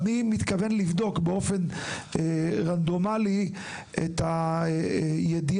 אני מתכוון לבדוק באופן רנדומלי את הידיעה